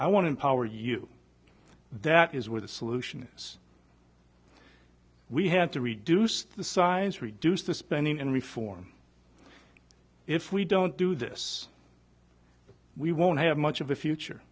i want to empower you that is where the solutions we have to reduce the science reduce the spending and reform if we don't do this we won't have much of a future